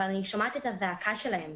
אבל אני שומעת את הזעקה שלהם.